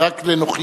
זה רק לנוחיותי.